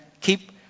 Keep